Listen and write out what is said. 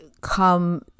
come